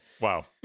Wow